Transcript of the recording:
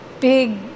big